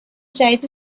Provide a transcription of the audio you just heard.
جدید